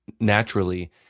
naturally